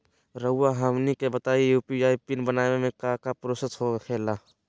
रहुआ हमनी के बताएं यू.पी.आई पिन बनाने में काका प्रोसेस हो खेला?